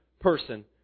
person